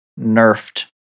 nerfed